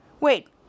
wait